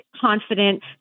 confident